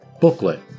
booklet